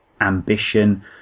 ambition